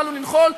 באנו לנחול,